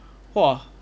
!whoa!